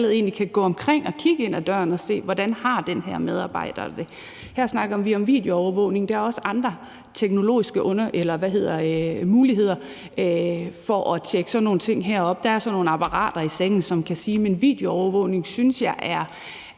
og kigge ind ad døren og se, hvordan det her menneske har det? Her snakker vi om videoovervågning. Der er også andre teknologiske muligheder for at tjekke op på nogle ting her; der er sådan nogle apparater i sengen, som kan sige noget. Men videoovervågning synes jeg er